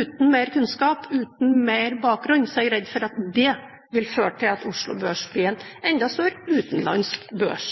Uten mer kunnskap og uten mer bakgrunn er jeg redd for at det vil føre til at Oslo Børs blir en enda større utenlandsk børs.